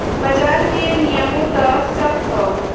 बाजार के नियमों त सख्त हौ